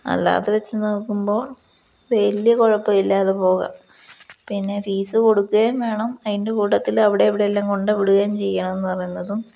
അല്ലാതെ വച്ചുനോക്കുമ്പോള് വലിയ കുഴപ്പമില്ലാതെ പോകാം പിന്നെ ഫീസ് കൊടുക്കുകയും വേണം അതിൻ്റെ കൂട്ടത്തില് അവിടെ ഇവിടെയെല്ലാം കൊണ്ടുവിടുകയും ചെയ്യണമെന്നു പറയുന്നതും